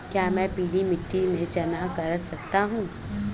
क्या मैं पीली मिट्टी में चना कर सकता हूँ?